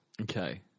Okay